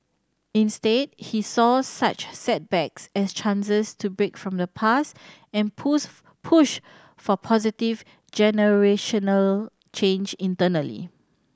instead he saw such setbacks as chances to break from the past and push for positive generational change internally